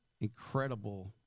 incredible